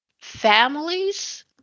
families